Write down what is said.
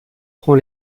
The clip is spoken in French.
rend